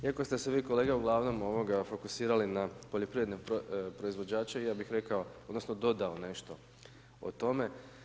Iako ste se vi kolega, ugl. fokusirali na poljoprivredne proizvođače, ja bih rekao, odnosno, dodao nešto o tome.